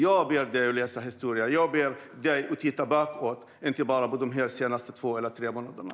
Jag ber dig att läsa historia. Jag ber dig att titta bakåt, inte bara på de senaste två eller tre månaderna.